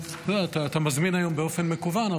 אתה מזמין היום באופן מקוון,